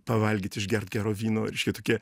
pavalgyt išgert gero vyno reiškia tokie